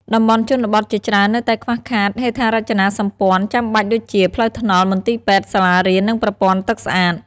តំបន់ជនបទជាច្រើននៅតែខ្វះខាតហេដ្ឋារចនាសម្ព័ន្ធចាំបាច់ដូចជា ផ្លូវថ្នល់ មន្ទីរពេទ្យ សាលារៀន និងប្រព័ន្ធទឹកស្អាត។